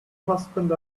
husband